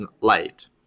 light